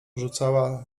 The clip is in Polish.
rzucała